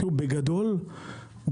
בגדול,